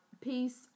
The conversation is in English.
peace